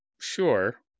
sure